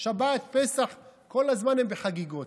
שבת, פסח, כל הזמן הם בחגיגות.